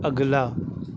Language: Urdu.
اگلا